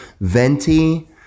venti